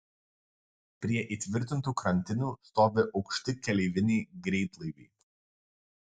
prie įtvirtintų krantinių stovi aukšti keleiviniai greitlaiviai